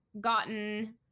gotten